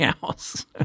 house